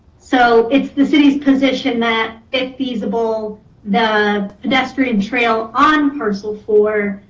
so it's the city's position that if feasible the pedestrian trail on parcel four,